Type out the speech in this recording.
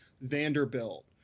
Vanderbilt